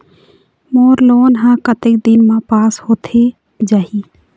मोर loan हा कतक दिन मा पास होथे जाही?